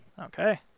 okay